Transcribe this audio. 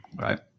Right